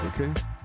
okay